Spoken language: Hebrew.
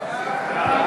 חוק